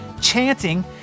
chanting